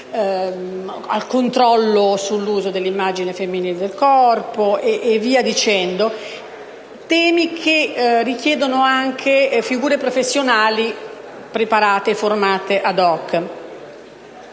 al controllo sull'uso dell'immagine femminile del corpo, e via dicendo. Si tratta di temi che richiedono anche figure professionali preparate e formate *ad hoc*.